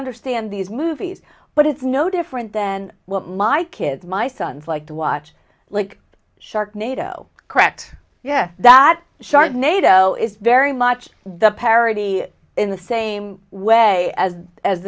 understand these movies but it's no different then what my kids my sons like to watch like shark nato correct yeah that shark nato is very much the parity in the same way as as